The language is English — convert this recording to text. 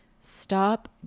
Stop